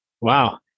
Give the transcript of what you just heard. Wow